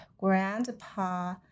grandpa